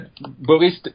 Boris